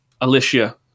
Alicia